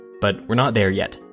but we're not there yet.